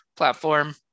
platform